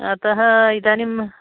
अतः इदानीम्